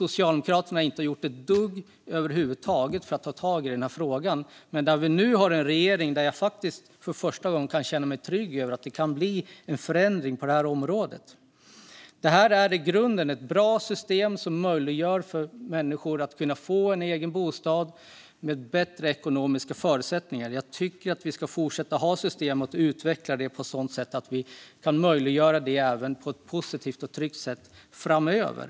Socialdemokraterna har inte gjort ett dugg för att ta tag i frågan. Vi har nu en regering som gör att jag för första gången kan känna mig trygg med att det kan bli en förändring på området. Det är i grunden ett bra system som möjliggör för människor att få en egen bostad med bättre ekonomiska förutsättningar. Vi ska fortsätta att ha systemet och utveckla det på ett sådant sätt att vi kan möjliggöra det även på ett positivt och tryggt sätt framöver.